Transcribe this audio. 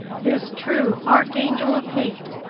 this true archangel of hate,